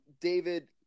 David